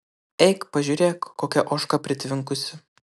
eik pažiūrėk kokia ožka pritvinkusi